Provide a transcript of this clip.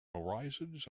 horizons